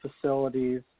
facilities